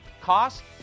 cost